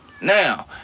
Now